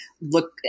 look